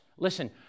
Listen